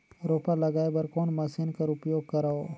रोपा लगाय बर कोन मशीन कर उपयोग करव?